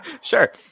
Sure